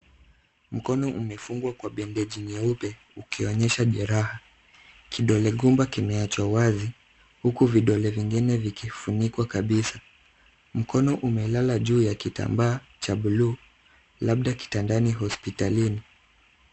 Mkono umefungwa kwa bendeji nyeupe, ikionyesha jeraha. Kidole gumba kimeachwa wazi, huku vidole vingine vikifunikwa kabisa. Mkono umelala juu ya kitambaa, cha bluu, labda kitandani hospitalini.